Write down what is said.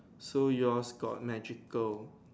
so yours got magical